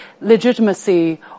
legitimacy